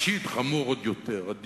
חמורים עוד יותר מבחינה רגשית.